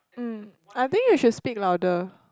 mm I think you should speak louder